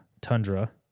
Tundra